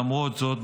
ולמרות זאת,